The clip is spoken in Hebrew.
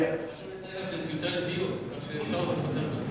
חשוב לציין שזו טיוטה לדיון, יפה.